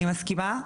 אני מסכימה.